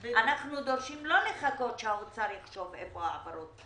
אנחנו דורשים לא לחכות שהאוצר יחשוב איפה העברות,